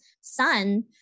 sun